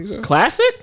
Classic